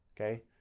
Okay